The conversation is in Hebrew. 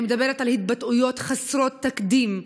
אני מדברת על התבטאויות חסרות תקדים,